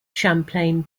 champlain